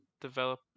develop